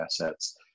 assets